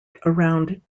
around